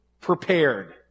prepared